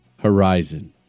Horizon